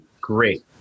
great